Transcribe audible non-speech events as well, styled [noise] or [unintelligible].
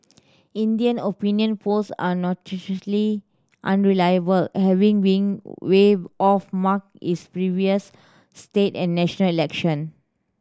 India opinion polls are [unintelligible] unreliable having been way off mark is previous state and national election